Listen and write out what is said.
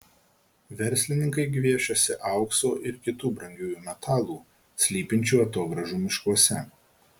verslininkai gviešiasi aukso ir kitų brangiųjų metalų slypinčių atogrąžų miškuose